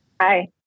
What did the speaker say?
Hi